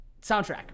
soundtrack